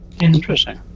Interesting